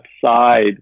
side